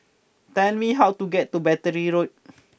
please tell me how to get to Battery Road